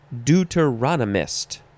deuteronomist